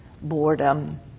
boredom